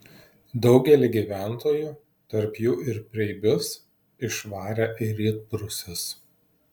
daugelį gyventojų tarp jų ir preibius išvarė į rytprūsius